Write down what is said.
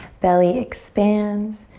belly expands.